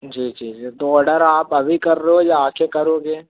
जी जी ये तो ऑडर आप अभी कर रहे हो या आके करोगे